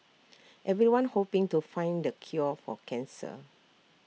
everyone's hoping to find the cure for cancer